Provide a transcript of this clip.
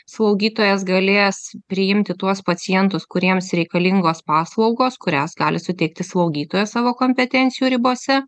slaugytojas galės priimti tuos pacientus kuriems reikalingos paslaugos kurias gali suteikti slaugytoja savo kompetencijų ribose